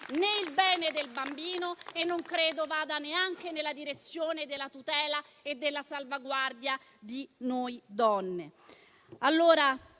è il bene del bambino e non credo vada neanche nella direzione della tutela e della salvaguardia di noi donne.